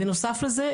ב נוסף לזה,